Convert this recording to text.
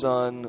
Son